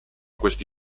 questo